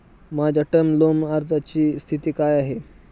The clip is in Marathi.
माझ्या टर्म लोन अर्जाची स्थिती काय आहे?